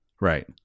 right